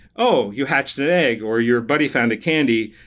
oh! you hatched an egg, or your buddy found a candy,